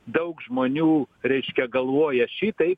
daug žmonių reiškia galvoja šitai